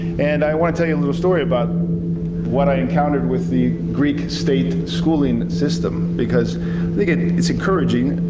and i want to tell you a little story about what i encountered with the greek state schooling system, because i think ah it's encouraging,